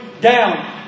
down